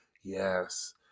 Yes